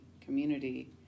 community